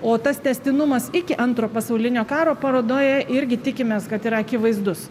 o tas tęstinumas iki antro pasaulinio karo parodoje irgi tikimės kad yra akivaizdus